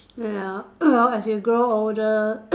ya well as you grow older